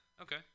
okay